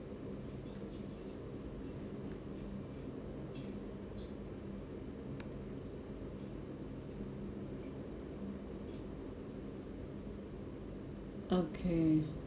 okay